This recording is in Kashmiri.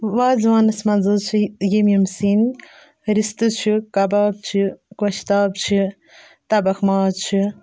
وازوانَس منٛز حظ چھِ یِم یِم سِنۍ رِستہٕ چھِ کَباب چھِ گۄشتاب چھِ تَبَکھ ماز چھِ